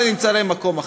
ונמצא להם מקום אחר.